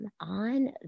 on